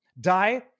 die